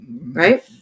right